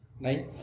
right